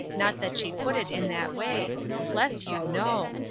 not that she put it in that way bless you, no!